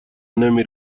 نمی